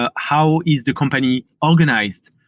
ah how is the company organized?